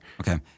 okay